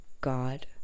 God